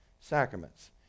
Sacraments